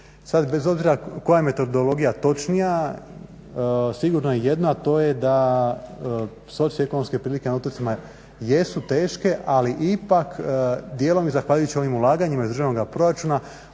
bez obzira koja je metodologija točnija sigurno je jedno, a to je da socioekonomske prilike na otocima jesu teške ali ipak dijelom i zahvaljujući onim ulaganjima iz državnog proračuna